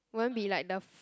won't be like the